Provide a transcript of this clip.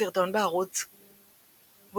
סרטון בערוץ "RebeliousEye",